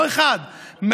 לא אחד,